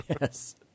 Yes